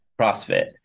CrossFit